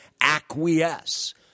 acquiesce